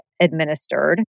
administered